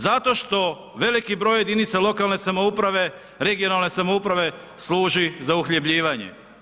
Zato što veliki broj jedinica lokalne samouprave, regionalne samouprave služi za uhljebljivanje.